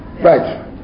Right